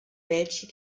welche